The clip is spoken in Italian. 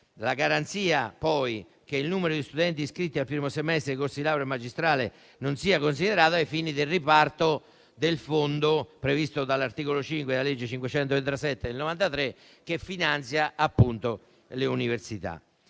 la garanzia che il numero di studenti iscritti al primo semestre del corso di laurea magistrale non sia considerata ai fini del riparto del fondo previsto dall'articolo 5 della legge n. 537 del 1993, che finanzia appunto le università.